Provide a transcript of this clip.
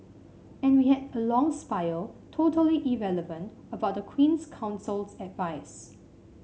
and we had a long spiel totally irrelevant about the Queen's Counsel's advice